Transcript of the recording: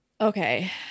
Okay